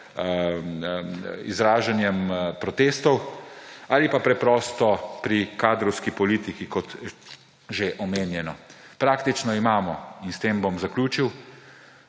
izražanjem protestov ali pa preprosto pri kadrovski politiki, kot že omenjeno? Praktično imamo in s tem bom zaključil,